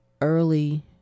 early